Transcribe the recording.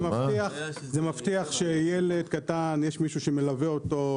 זה מבטיח שיש מישהו שמלווה את הילד הקטן,